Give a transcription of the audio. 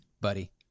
buddy